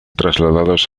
trasladados